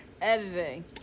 Editing